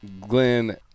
Glenn